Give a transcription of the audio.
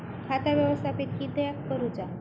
खाता व्यवस्थापित किद्यक करुचा?